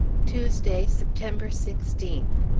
tuesday, september sixteenth.